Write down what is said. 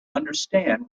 understand